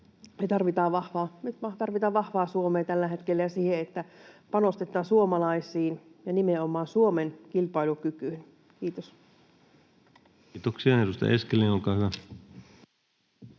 tarvitaan vahvaa Suomea ja sitä, että panostetaan suomalaisiin ja nimenomaan Suomen kilpailukykyyn. — Kiitos. Kiitoksia. — Edustaja Eskelinen, olkaa hyvä.